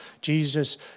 Jesus